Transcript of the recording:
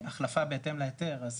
החלפה בהתאם להיתר, אז